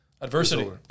Adversity